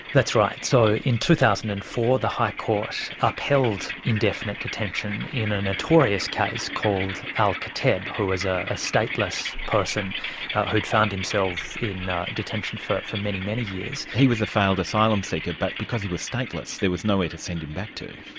that's right, so in two thousand and four the high court upheld indefinite detention in a notorious case called al-kateb who was ah a stateless person who'd found himself in detention for for many, many years. he was a failed asylum seeker, but because he was stateless there was nowhere to send him back to.